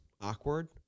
awkward